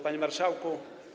Panie Marszałku!